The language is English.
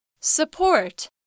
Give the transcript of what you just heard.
support